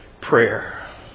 prayer